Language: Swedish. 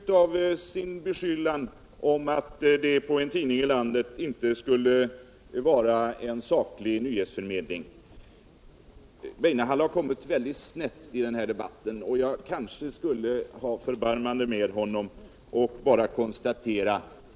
Det finns alltså inte någon tidsplan eller genomförandeplan, utan det hör till Sveriges Radios frihet att man har rätt att själv fatta beslut på de punkterna. LARS WFEINEHALL (0 kort genmiile: Herr talman! Jag tackar statsrådet Wikström för svaret.